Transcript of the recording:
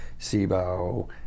SIBO